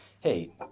hey